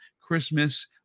christmas